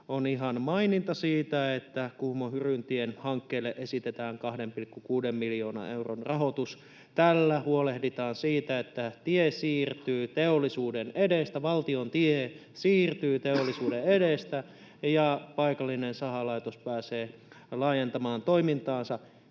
on ihan maininta siitä, että Kuhmon Hyryntien hankkeelle esitetään 2,6 miljoonan euron rahoitus. Tällä huolehditaan siitä, että tie siirtyy teollisuuden edestä, valtion tie siirtyy teollisuuden edestä, ja paikallinen sahalaitos pääsee laajentamaan toimintaansa.